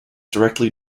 directly